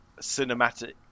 cinematic